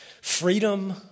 Freedom